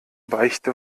beichte